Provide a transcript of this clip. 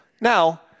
Now